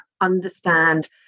understand